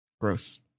Gross